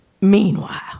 meanwhile